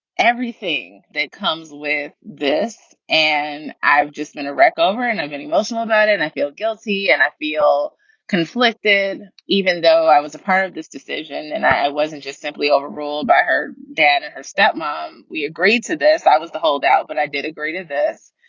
everything that comes with this, and i've just been a wreck over and i'm very emotional about it and i feel guilty and i feel conflicted, even though i was a part of this decision and i wasn't just simply overruled by her dad and her stepmom, we agreed to this. i was the holdout. but i did agree to this.